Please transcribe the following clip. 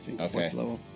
Okay